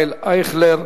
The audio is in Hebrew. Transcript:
חבר הכנסת ישראל אייכלר,